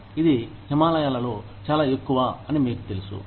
ఇది హిమాలయాలలో చాలా ఎక్కువ అని మీకు తెలుసు